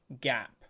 gap